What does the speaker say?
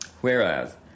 Whereas